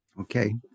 Okay